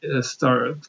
start